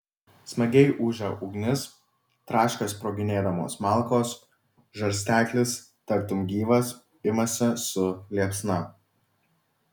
smagiai ūžia ugnis traška sproginėdamos malkos žarsteklis tartum gyvas imasi su liepsna